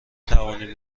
توانیم